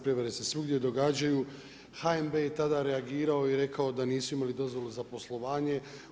Prijevare se svugdje događaju, HNB je i tada reagirao i rekao da nisu imali dozvolu za poslovanje.